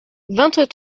vingt